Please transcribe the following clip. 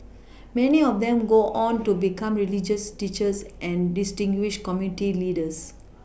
many of them go on to become religious teachers and distinguished community leaders